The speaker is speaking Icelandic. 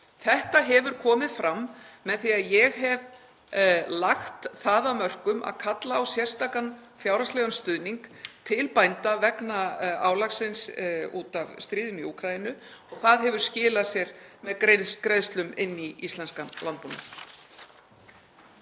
Þetta hefur komið fram með því að ég hef lagt það af mörkum að kalla á sérstakan fjárhagslegan stuðning til bænda vegna álagsins út af stríðinu í Úkraínu og það hefur skilað sér með greiðslum inn í íslenskan landbúnað.